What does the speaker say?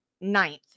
ninth